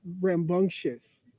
rambunctious